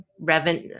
revenue